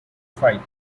fight